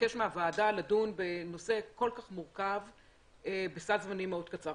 ולבקש מהוועדה לדון בנושא כל כך מורכב בסד זמנים כל כך קצר.